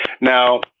now